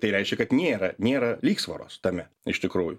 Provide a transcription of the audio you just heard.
tai reiškia kad nėra nėra lygsvaros tame iš tikrųjų